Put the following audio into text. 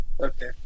Okay